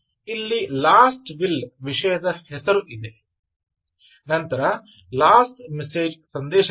ಆದ್ದರಿಂದ ಇಲ್ಲಿ last will ವಿಷಯದ ಹೆಸರು ಇದೆ ನಂತರ ಲಾಸ್ಟ ಮೆಸೇಜ್ ಸಂದೇಶವಿದೆ